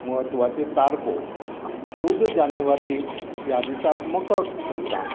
म्हत्वाच्यो तारखो चवदा जानेवारी ह्या दिसाक मकर संक्रांत